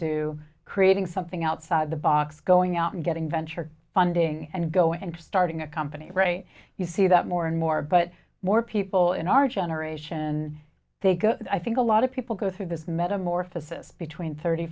creating something outside the box going out and getting venture funding and go and starting a company you see that more and more but more people in our generation they go i think a lot of people go through this metamorphosis between thirty